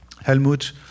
Helmut